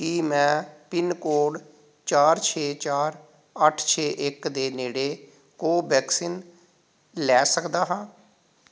ਕੀ ਮੈਂ pin code ਚਾਰ ਛੇ ਚਾਰ ਅੱਠ ਛੇ ਇੱਕ ਦੇ ਨੇੜੇ ਕੋਵੈਕਸਿਨ ਲੈ ਸਕਦਾ ਹਾਂ